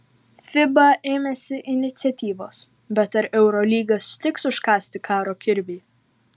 fiba ėmėsi iniciatyvos bet ar eurolyga sutiks užkasti karo kirvį